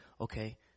Okay